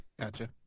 gotcha